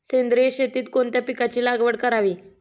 सेंद्रिय शेतीत कोणत्या पिकाची लागवड करावी?